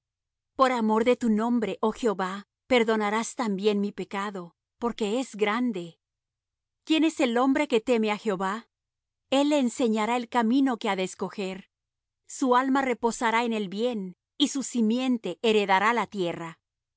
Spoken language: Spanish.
por amor de tu nombre oh jehová perdonarás también mi pecado porque es grande quién es el hombre que teme á jehová el le enseñará el camino que ha de escoger su alma reposará en el bien y su simiente heredará la tierra